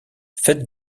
faites